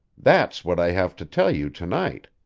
that's what i have to tell you to-night.